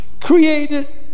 created